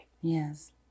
Yes